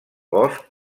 bosc